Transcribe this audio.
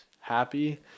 happy